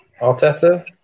Arteta